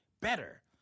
better